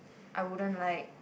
I wouldn't like